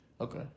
Okay